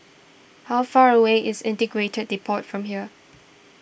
how far away is Integrated Depot from here